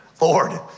Lord